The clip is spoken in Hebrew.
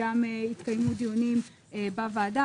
גם התקיימו דיונים בוועדה,